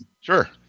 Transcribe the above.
sure